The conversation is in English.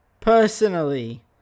personally